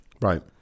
Right